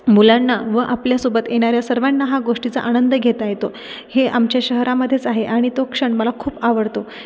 मुलांना व आपल्यासोबत येणाऱ्या सर्वांना या गोष्टीचा आनंद घेता येतो हे आमच्या शहरामध्येच आहे आणि तो क्षण मला खूप आवडतो